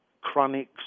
Chronic's